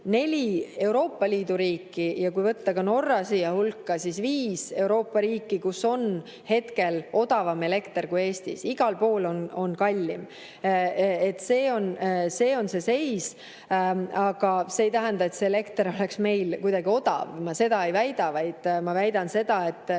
neli Euroopa Liidu riiki ja kui võtta ka Norra siia hulka, siis viis Euroopa riiki, kus on hetkel odavam elekter kui Eestis. Igal pool on kallim. See on see seis. Aga see ei tähenda, et elekter oleks meil kuidagi odav. Ma seda ei väida, vaid ma väidan seda, et